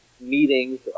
meetings